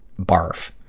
Barf